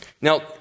Now